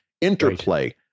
interplay